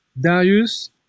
Darius